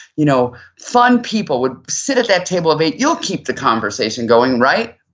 you know fun people would sit at that table of eight. you'll keep the conversation going, right?